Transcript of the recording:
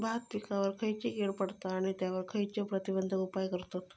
भात पिकांवर खैयची कीड पडता आणि त्यावर खैयचे प्रतिबंधक उपाय करतत?